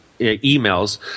emails